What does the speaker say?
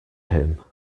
him